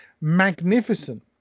magnificent